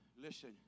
Listen